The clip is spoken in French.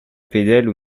pédale